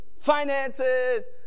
Finances